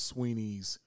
Sweeney's